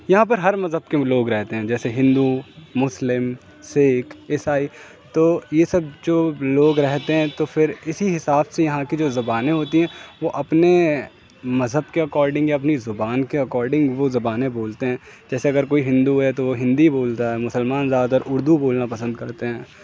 یہاں پر ہر مذہب کے لوگ رہتے ہیں جیسے ہندو مسلم سکھ عیسائی تو یہ سب جو لوگ رہتے ہیں تو پھر اسی حساب سے یہاں کی جو زبانیں ہوتی ہیں وہ اپنے مذہب کے اکورڈنگ یا اپنی زبان کے اکورڈنگ وہ زبانیں بولتے ہیں جیسے اگر کوئی ہندو ہے تو وہ ہندی بولتا ہے مسلمان زیادہ تر اردو بولنا پسند کرتے ہیں